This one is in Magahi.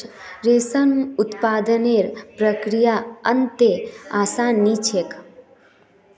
रेशम उत्पादनेर प्रक्रिया अत्ते आसान नी छेक